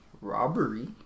robbery